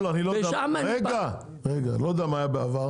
קודם כל אני לא יודע מה היה בעבר,